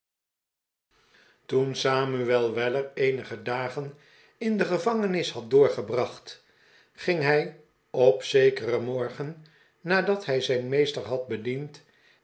toen samuel weller eenige dagen in de gevangenis had doorgebracht ging hij op zekeren morgen nadat hij zijn meester had bediend